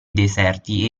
deserti